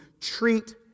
treat